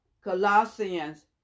Colossians